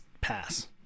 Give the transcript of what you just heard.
pass